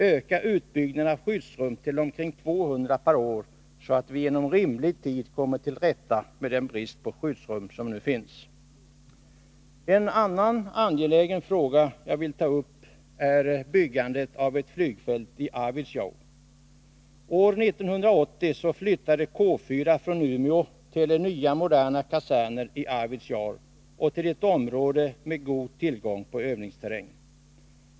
Öka utbyggnaden av skyddsrum till omkring 200 per år, så att vi inom rimlig tid kommer till rätta med den brist på skyddsrum som nu finns! En annan angelägen fråga som jag vill ta upp är byggandet av ett flygfält i Arvidsjaur. År 1980 flyttade K 4 från Umeå till nya moderna kaserner i Arvidsjaur och till ett område med god tillgång på övningsterräng.